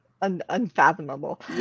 unfathomable